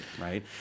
right